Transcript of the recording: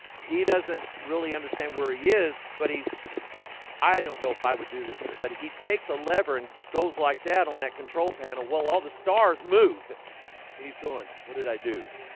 he doesn't really understand where he is but he's i don't know if i would do this in it but he takes a lever and goes like that on that control panel while all the stars move and he's going what did i do?